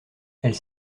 elle